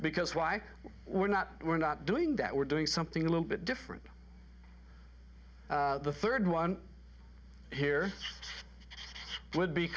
because why we're not we're not doing that we're doing something a little bit different the third one here would